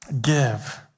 Give